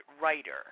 writer